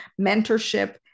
mentorship